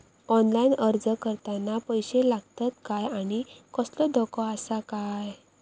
Online अर्ज करताना पैशे लागतत काय आनी कसलो धोको आसा काय?